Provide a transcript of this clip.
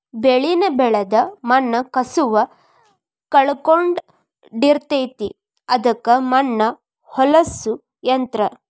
ಬೆಳಿನ ಬೆಳದ ಮಣ್ಣ ಕಸುವ ಕಳಕೊಳಡಿರತತಿ ಅದಕ್ಕ ಮಣ್ಣ ಹೊಳ್ಳಸು ಯಂತ್ರ